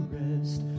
rest